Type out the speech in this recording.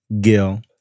Gil